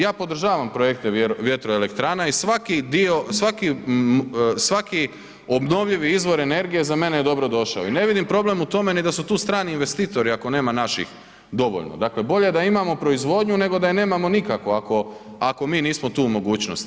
Ja podržavam projekte vjetroelektrana i svaki obnovljivi izvor energije za mene je dobro došao i ne vidim problem u tome ni da su tu strani investitori ako nema naših dovoljno, dakle, bolje da imamo proizvodnju, nego da je nemamo nikako ako mi nismo tu u mogućnosti.